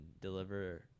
deliver